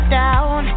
down